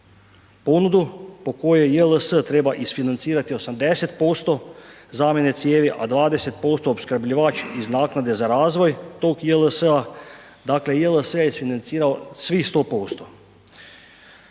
ponudu po kojoj JLS treba isfinancirati 80% zamjene cijevi a 20% opskrbljivač iz naknade za razvoj tog JLS-a, dakle JLS je isfinancirao svih 100%.